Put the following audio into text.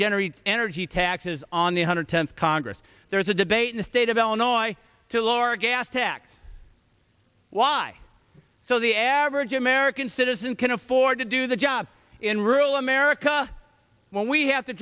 generates energy taxes on the hundred tenth congress there is a debate in the state of illinois to laura gas tax why so the average american citizen can afford to do the job in rural america when we have to